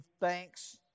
thanks